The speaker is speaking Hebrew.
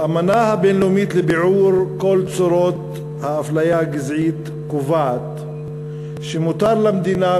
האמנה הבין-לאומית לביעור כל צורות האפליה הגזעית קובעת שמותר למדינה,